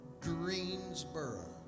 Greensboro